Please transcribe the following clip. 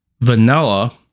vanilla